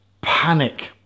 panic